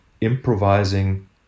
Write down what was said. improvising